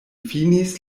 finis